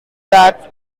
that